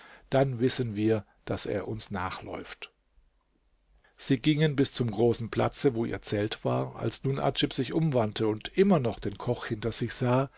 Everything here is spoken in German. dann wissen wir daß er uns nachläuft sie gingen bis zum großen platze wo ihr zelt war als nun adjib sich umwandte und immer noch den koch hinter sich sah